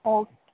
okay